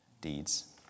deeds